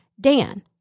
Dan